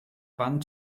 band